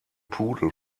pudel